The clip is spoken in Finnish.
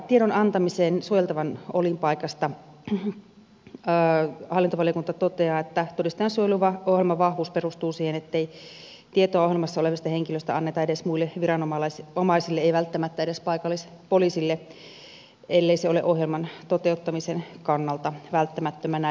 tiedon antamiseen suojeltavan olinpaikasta hallintovaliokunta toteaa että todistajansuojeluohjelman vahvuus perustuu siihen ettei tietoa ohjelmassa olevista henkilöistä anneta edes muille viranomaisille ei välttämättä edes paikallispoliisille ellei se ole ohjelman toteuttamisen kannalta välttämätöntä